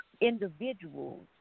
individuals